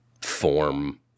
form